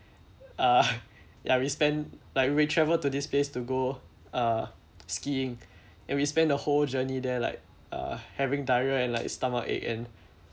uh ya we spend like when we travel to this place to go uh skiing and we spend the whole journey there like uh having diarrhoea and like stomachache and